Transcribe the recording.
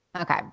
Okay